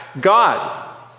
God